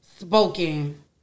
spoken